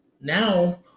now